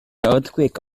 earthquake